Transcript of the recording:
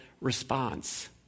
response